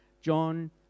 John